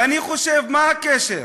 ואני חושב, מה הקשר?